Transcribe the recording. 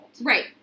Right